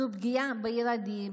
זו פגיעה בילדים,